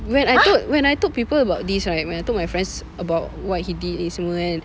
when I told when I told people about this right when I told my friends about what he did ni semua kan